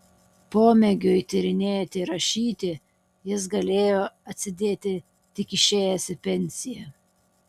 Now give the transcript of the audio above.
pomėgiui tyrinėti ir rašyti jis galėjo atsidėti tik išėjęs į pensiją